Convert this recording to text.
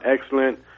excellent